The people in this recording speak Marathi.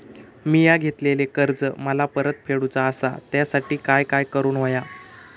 मिया घेतलेले कर्ज मला परत फेडूचा असा त्यासाठी काय काय करून होया?